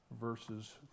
verses